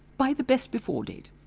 by the best before date.